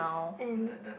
and